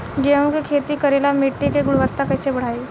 गेहूं के खेती करेला मिट्टी के गुणवत्ता कैसे बढ़ाई?